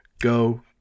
Go